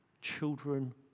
children